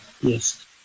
yes